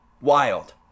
Wild